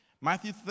Matthew